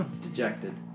dejected